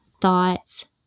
thoughts